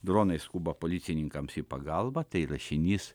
dronai skuba policininkams į pagalbą tai rašinys